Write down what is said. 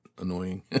annoying